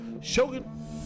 Shogun